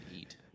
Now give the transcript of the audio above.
eat